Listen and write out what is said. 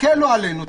תקלו עלינו,